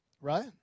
Right